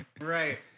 Right